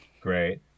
great